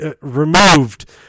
removed